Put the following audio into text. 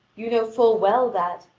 you know full well that,